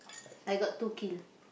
I got two kill